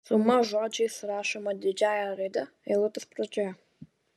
suma žodžiais rašoma didžiąja raide eilutės pradžioje